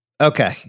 Okay